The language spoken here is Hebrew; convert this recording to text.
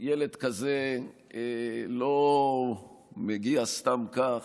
ילד כזה לא מגיע סתם כך.